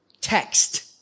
text